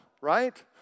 right